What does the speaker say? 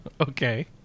Okay